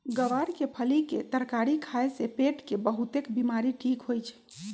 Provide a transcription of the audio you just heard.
ग्वार के फली के तरकारी खाए से पेट के बहुतेक बीमारी ठीक होई छई